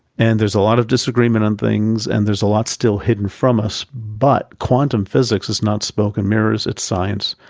and there's a lot of disagreement on things, and there's a lot still hidden from us, but quantum physics is not smoke and mirrors. it's science,